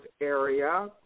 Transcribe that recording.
area